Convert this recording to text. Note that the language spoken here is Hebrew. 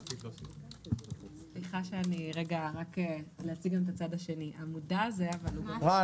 סליחה, להציג את הצד השני חן